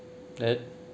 then